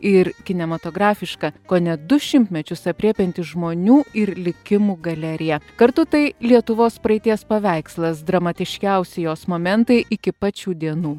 ir kinematografiška kone du šimtmečius aprėpianti žmonių ir likimų galeriją kartu tai lietuvos praeities paveikslas dramatiškiausi jos momentai iki pat šių dienų